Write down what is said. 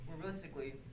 realistically